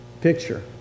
Picture